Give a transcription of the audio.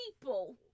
people